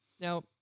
Now